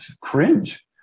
cringe